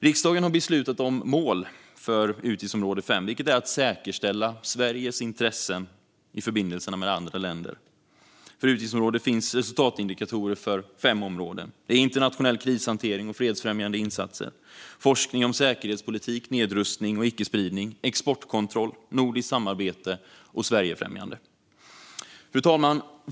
Riksdagen har beslutat om målet för utgiftsområde 5, vilket är att säkerställa Sveriges intressen i förbindelserna med andra länder. För utgiftsområdet finns resultatindikatorer för följande fem områden: internationell krishantering och fredsfrämjande insatser, forskning om säkerhetspolitik, nedrustning och icke-spridning, exportkontroll, nordiskt samarbete och Sverigefrämjande. Fru talman!